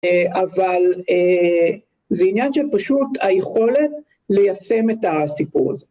אבל זה עניין של פשוט היכולת ליישם את הסיפור הזה.